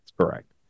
correct